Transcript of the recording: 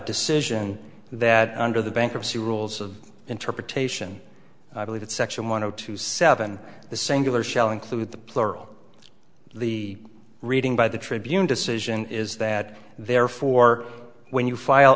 decision that under the bankruptcy rules of interpretation i believe that section one zero two seven the singular shall include the plural the reading by the tribune decision is that therefore when you file